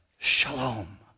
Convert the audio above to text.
Shalom